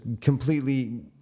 completely